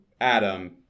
Adam